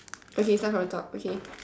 okay start from top okay